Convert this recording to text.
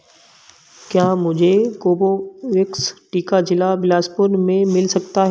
क्या मुझे कोबोवैक्स टीका जिला बिलासपुर में मिल सकता है